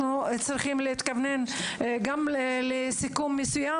אנחנו צריכים להתכוונן גם לסיכום מסוים